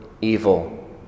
evil